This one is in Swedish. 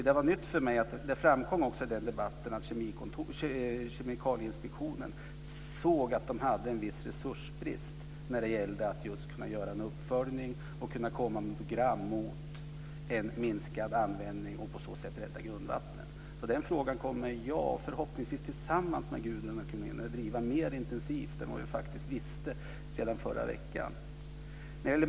Det framkom också i den debatten att Kemikalieinspektionen såg att det var en viss resursbrist i att kunna göra uppföljningar och sätta ihop program för en minskad användning och på så sätt rädda grundvattnet. Den frågan kommer jag, förhoppningsvis tillsammans med Gudrun Lindvall, att nu driva mer intensivt, med tanke på vad vi faktiskt visste förra veckan.